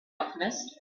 alchemist